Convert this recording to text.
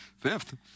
Fifth